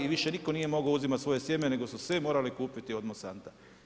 I više nitko mogao uzimati svoje sjeme, nego su svi morali kupiti od Monsanta.